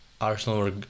Arsenal